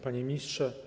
Panie Ministrze!